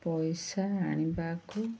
ପଇସା ଆଣିବାକୁ